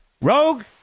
Rogue